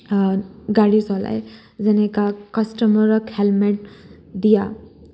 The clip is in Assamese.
গাড়ী চলায় যেনেকা কাষ্টমাৰক হেলমেট দিয়া